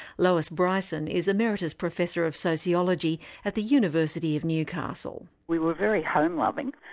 lois bryson is emeritus professor of sociology at the university of newcastle. we were very homeloving.